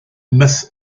myth